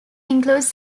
includes